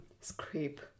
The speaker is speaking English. scrape